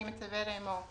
אני מצווה לאמור: